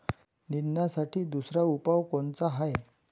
निंदनासाठी दुसरा उपाव कोनचा हाये?